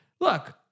Look